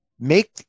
make